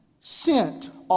sent